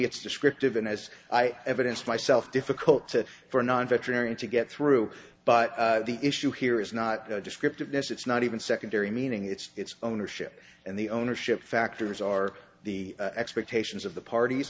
it's descriptive and as i evidence myself difficult to for a non veterinarian to get through but the issue here is not the descriptive ness it's not even secondary meaning it's ownership and the ownership factors are the expectations of the parties